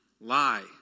lie